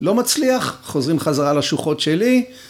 לא מצליח, חוזרים חזרה לשוחות שלי.